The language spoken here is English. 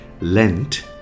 Lent